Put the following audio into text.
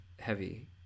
heavy